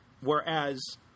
whereas